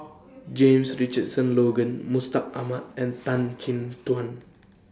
James Richardson Logan Mustaq Ahmad and Tan Chin Tuan